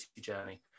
journey